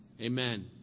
Amen